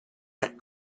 that